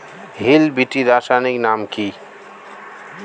Hill বিটি রাসায়নিক নাম কি?